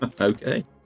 Okay